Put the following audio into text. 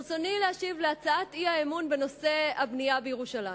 ברצוני להשיב להצעת האי-אמון בנושא הבנייה בירושלים.